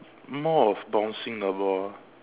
more of bouncing the ball